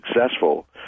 successful